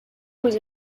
was